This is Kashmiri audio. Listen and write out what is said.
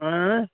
ٲں